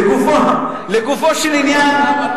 לגופו של עניין,